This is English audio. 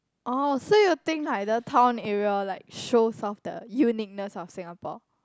oh so you think like the town area like shows off the uniqueness of Singapore